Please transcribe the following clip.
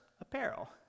apparel